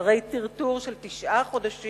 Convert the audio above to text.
ואחרי טרטור של תשעה חודשים,